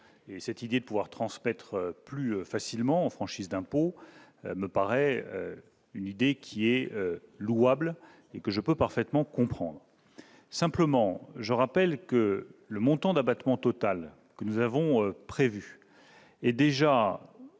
L'idée de pouvoir transmettre plus facilement, en franchise d'impôt, me paraît une idée louable, que je peux parfaitement comprendre. Pour autant, je rappelle que le montant d'abattement que nous avons prévu est déjà